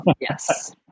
Yes